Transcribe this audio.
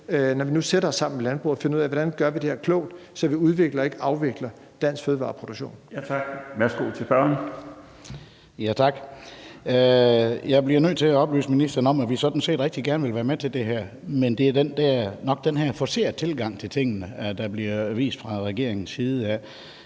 når vi nu sætter os sammen med landbruget og finder ud af, hvordan vi gør det her klogt, så vi udvikler og ikke afvikler dansk fødevareproduktion. Kl. 15:23 Den fg. formand (Bjarne Laustsen): Tak. Værsgo til spørgeren. Kl. 15:23 Kenneth Fredslund Petersen (DD): Tak. Jeg bliver nødt til at oplyse ministeren om, at vi sådan set rigtig gerne vil være med til det her, men det er nok den her forcerede tilgang til tingene, der bliver vist fra regeringens side,